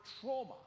trauma